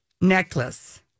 necklace